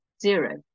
zero